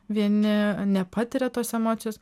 vieni nepatiria tos emocijos